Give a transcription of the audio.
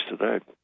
today